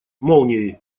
молнией